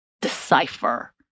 decipher